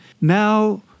Now